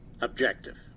objective